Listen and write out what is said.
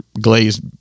glazed